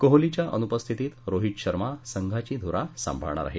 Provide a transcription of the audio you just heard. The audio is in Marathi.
कोहलीच्या अनुपस्थितीत रोहित शर्मा संघाची धुरा सांभाळणार आहे